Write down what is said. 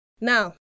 Now